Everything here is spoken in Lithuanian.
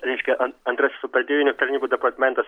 reiškia an antrasis operatyvinių tarnybų departamentas